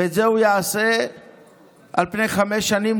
ואת זה הוא יעשה על פני חמש שנים.